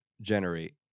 Generate